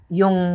yung